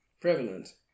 Prevalent